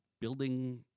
building